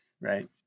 right